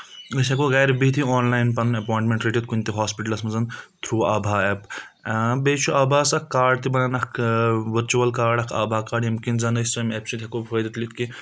أسۍ ہؠکو گرِ بِتھٕے آنلاین پنُن اؠپاینٹمینٹ رٔٹِتھ کُنہِ تہِ ہاسپِٹلس منٛز تھروٗ آبا ایپ بیٚیہِ چھُ آباس اکھ کاڑ تہِ بنن اکھ ؤرچول کاڑ اکھ آبا کارڈ ییٚمہِ کِنۍ زَن أسۍ سٲمۍ ایپ سۭتۍ ہؠکو فٲیدٕ تُلِتھ کہِ